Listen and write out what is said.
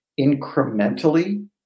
incrementally